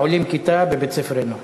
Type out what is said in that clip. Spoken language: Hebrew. עולים כיתה בבית-ספרנו.